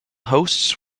hosts